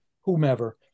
whomever